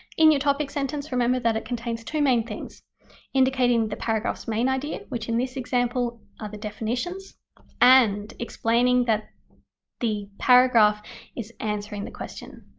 in your topic sentence remember that it contains two main things indicating the paragraph's main idea, which in this example are the definitions and explaining how the paragraph is answering the question,